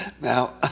Now